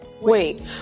wait